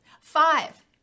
Five